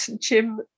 Jim